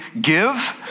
give